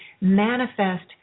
manifest